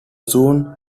soon